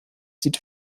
sieht